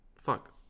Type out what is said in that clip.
fuck